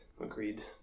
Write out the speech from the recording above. Agreed